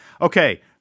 Okay